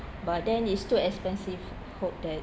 but then it's too expensive hope that